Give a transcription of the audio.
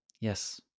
Yes